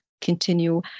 continue